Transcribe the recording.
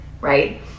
Right